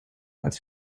als